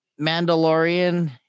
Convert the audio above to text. Mandalorian